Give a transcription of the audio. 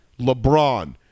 LeBron